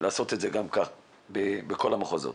לעשות את זה בכל המחוזות.